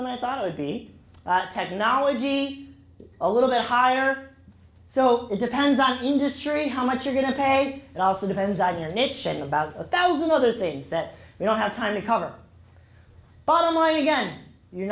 them i thought it would be technology be a little bit higher so it depends on industry how much you're going to pay and also depends on your niche and about a thousand other things that you don't have time to cover bottom line again you're